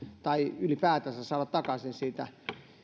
tai ylipäätänsä saada takaisin siitä